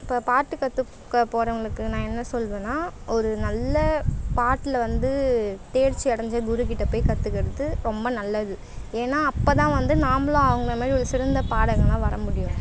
இப்போ பாட்டு கற்றுக்க போகறவுங்களுக்கு நான் என்ன சொல்வேனா ஒரு நல்ல பாட்டில வந்து தேர்ச்சி அடைஞ்ச குருக்கிட்ட போய் கற்றுக்கறது ரொம்ப நல்லது ஏன்னா அப்போ தான் வந்து நாம்பளும் அவங்களை மாதிரி ஒரு சிறந்த பாடகனாக வர முடியும்